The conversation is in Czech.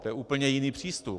To je úplně jiný přístup!